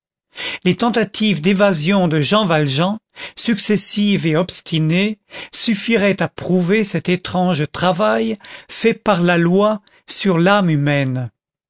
les tentatives d'évasion de jean valjean successives et obstinées suffiraient à prouver cet étrange travail fait par la loi sur l'âme humaine